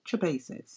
basis